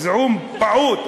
שזה סכום פעוט,